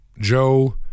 Joe